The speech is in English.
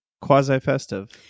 quasi-festive